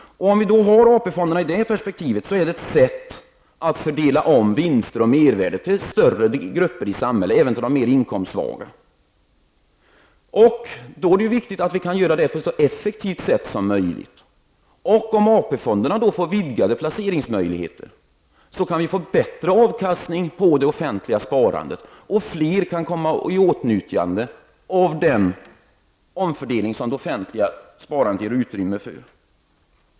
Om vi har AP-fonderna i det här perspektivet är det ett sätt att fördela om vinster och mervärde till större grupper i samhället, även till mer inkomstsvaga. Det är viktigt att vi kan göra det på ett så effektivt sätt som möjligt. Om AP-fonderna får vidgade placeringsmöjligheter kan vi få bättre avkastning på det offentliga sparandet och fler kan komma i åtnjutande av den omfördelning som det offentliga sparandet ger utrymme för.